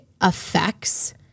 affects